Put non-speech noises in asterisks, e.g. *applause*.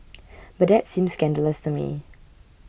*noise* but that seems scandalous to me